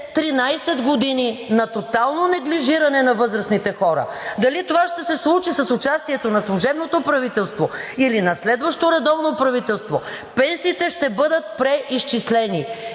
13 години на тотално неглижиране на възрастните хора. Дали това ще се случи с участието на служебното правителство, или на следващо редовно правителство, пенсиите ще бъдат преизчислени